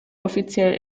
offiziell